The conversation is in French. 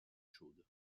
chaude